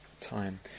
Time